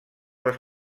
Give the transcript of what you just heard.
les